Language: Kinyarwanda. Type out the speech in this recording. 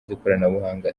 z’ikoranabuhanga